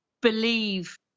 believe